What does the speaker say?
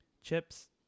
Chips